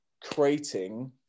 creating